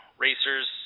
Racers